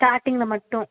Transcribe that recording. ஸ்டார்ட்டிங்கில் மட்டும்